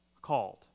called